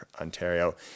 Ontario